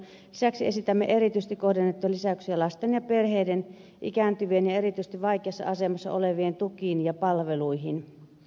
lisäksi esitämme erityisesti kohdennettuja lisäyksiä lasten ja perheiden ikääntyvien ja erityisesti vaikeassa asemassa olevien tukiin ja palveluihin